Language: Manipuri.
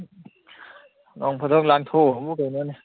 ꯅꯣꯡ ꯐꯥꯗꯣꯛ ꯂꯥꯡꯌꯣꯛꯎꯕꯕꯨ ꯀꯩꯅꯣꯅꯦ